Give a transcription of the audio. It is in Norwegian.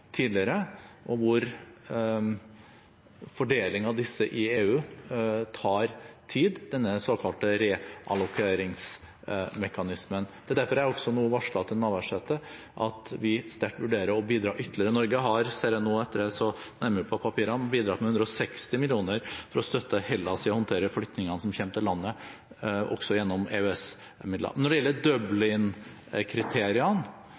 og fordeling av disse i EU tar tid, denne såkalte reallokeringsmekanismen. Det er derfor jeg nå varslet til Navarsete at vi sterkt vurderer å bidra ytterligere. Norge har, ser jeg nå, etter at jeg så nærmere på papirene, bidratt med 160 mill. kr for å støtte Hellas i å håndtere flyktningene som kommer til landet, også gjennom EØS-midler. Når det gjelder